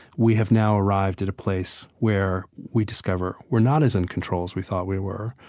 we have now arrived at a place where we discover we're not as in control as we thought we were.